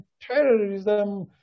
terrorism